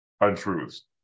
untruths